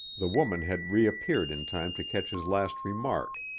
the woman had reappeared in time to catch his last remark,